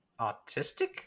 autistic